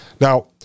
now